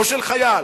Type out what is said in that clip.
או של חייל,